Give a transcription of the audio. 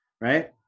Right